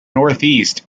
northeast